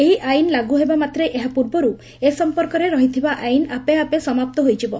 ଏହି ଆଇନ୍ ଲାଗୁ ହେବା ମାତ୍ରେ ଏହା ପୂର୍ବରୁ ଏ ସମ୍ମର୍କରେ ରହିଥିବା ଆଇନ୍ ଆପେ ଆପେ ସମାପ୍ତ ହୋଇଯିବ